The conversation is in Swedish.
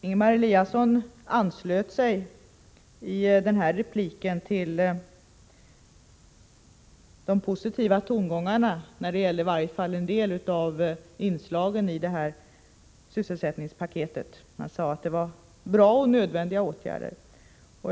Ingemar Eliasson anslöt sig i sin replik till de positiva tongångarna när det gäller i varje fall en del av inslagen i sysselsättningspaketet. Han sade att det var bra och nödvändiga åtgärder.